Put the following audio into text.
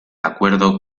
acuerdo